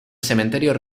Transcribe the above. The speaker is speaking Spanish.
cementerio